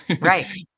right